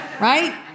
right